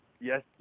yes